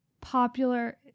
popular